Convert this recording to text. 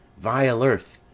vile earth,